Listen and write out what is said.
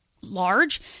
large